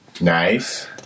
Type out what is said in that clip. Nice